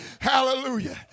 hallelujah